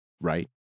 right